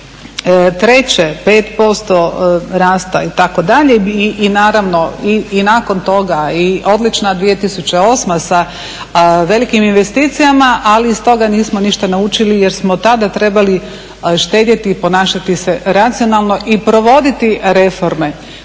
2003. 5% rasta itd. i nakon toga odlična 2008.sa velikim investicijama, ali iz toga nismo ništa naučili jer smo tada trebali štedjeti i ponašati se racionalno i provoditi reforme